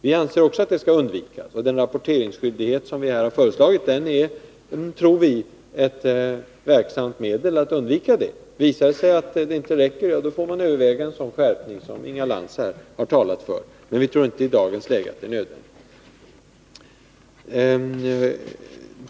Vi anser också att det skall undvikas, och den rapporteringsskyldighet som vi här har föreslagit är, tror vi, ett verksamt medel att undvika det. Visar det sig att det inte räcker, får man överväga en sådan skärpning som Inga Lantz här har talat för, men vi tror inte att det är nödvändigt i dagens läge.